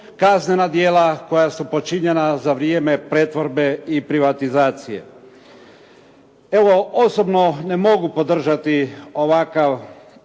kaznena djela koja su počinjena za vrijeme pretvorbe i privatizacije. Osobno ne mogu podržati ovakav